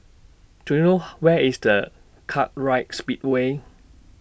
Do YOU know Where IS Kartright Speedway